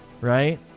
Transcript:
Right